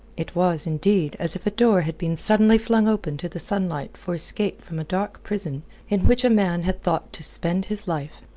it was, indeed, as if a door had been suddenly flung open to the sunlight for escape from a dark prison in which a man had thought to spend his life.